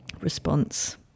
response